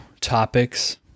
topics